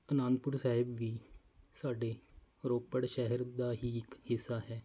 ਅਨੰਦਪੁਰ ਸਾਹਿਬ ਵੀ ਸਾਡੇ ਰੋਪੜ ਸ਼ਹਿਰ ਦਾ ਹੀ ਇੱਕ ਹਿੱਸਾ ਹੈ